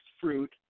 fruit